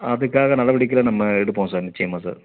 அதுக்காக நடவடிக்கைலாம் நம்ம எடுப்போம் சார் நிச்சயமாக சார்